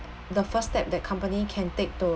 the first step that company can take to